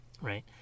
right